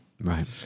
right